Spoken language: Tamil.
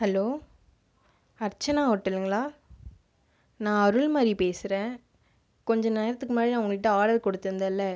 ஹலோ அர்ச்சனா ஹோட்டலுங்களா நான் அருள்மதி பேசுகிறேன் கொஞ்ச நேரத்துக்கு முன்னாடி நான் உங்கள்ட ஆர்டர் கொடுத்துருந்தேன்ல